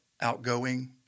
Outgoing